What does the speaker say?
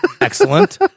excellent